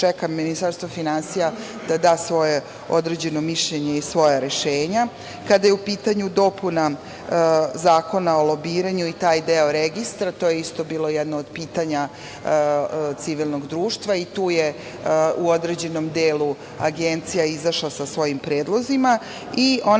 se čeka Ministarstvo finansija da da svoje određeno mišljenje i svoja rešenja. Kada je u pitanju dopuna Zakona o lobiranju i taj deo registra, to je isto bilo jedno od pitanja civilnog društva i tu je u određenom delu Agencija izašla sa svojim predlozima i onaj